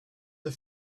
the